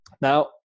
Now